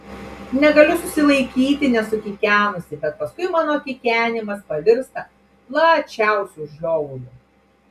negaliu susilaikyti nesukikenusi bet paskui mano kikenimas pavirsta plačiausiu žiovuliu